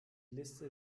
liste